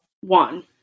One